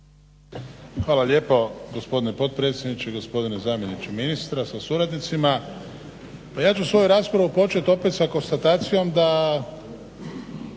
Hvala lijepo gospodine potpredsjedniče. Gospodine zamjeniče ministra sa suradnicima. Pa ja ću svoju raspravu počet opet sa konstatacijom da